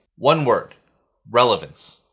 one word relevance!